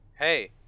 Hey